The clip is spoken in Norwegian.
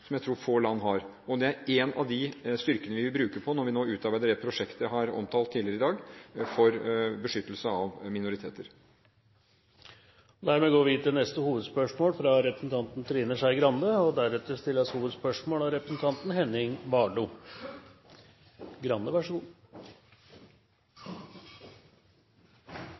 som jeg tror få land har, og det er en styrke vi vil bruke når vi nå utarbeider det prosjektet jeg har omtalt tidligere i dag, for beskyttelse av minoriteter. Vi går videre til neste hovedspørsmål.